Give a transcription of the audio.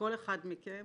כל אחד מכם